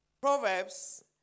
Proverbs